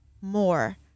more